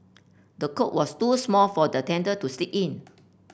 the cot was too small for the tender to sleep in